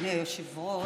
אדוני היושב-ראש.